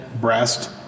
breast